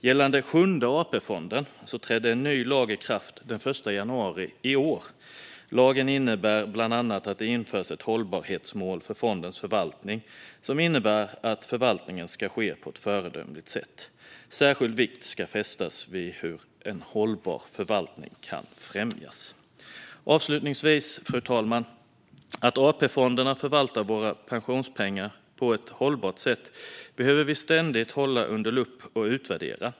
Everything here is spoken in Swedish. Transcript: Gällande Sjunde AP-fonden trädde en ny lag i kraft den 1 januari i år. Lagen innebär bland annat att det införs ett hållbarhetsmål för fondens förvaltning, som innebär att förvaltningen ska ske på ett föredömligt sätt. Särskild vikt ska fästas vid hur en hållbar förvaltning kan främjas. Avslutningsvis, fru talman - att AP-fonderna förvaltar våra pensionspengar på ett hållbart sätt behöver vi ständigt hålla under lupp och utvärdera.